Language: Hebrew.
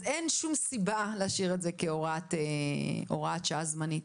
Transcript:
אז אין שום סיבה להשאיר את זה כהוראת שעה זמנית.